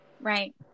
Right